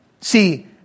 See